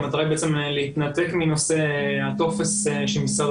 המטרה היא להתנתק מנושא הטופס של משרד